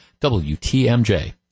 WTMJ